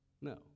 No